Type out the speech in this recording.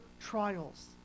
trials